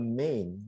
main